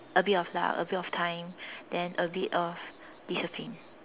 a bit of luck a bit of time then a bit of discipline